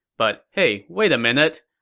but hey wait a minute,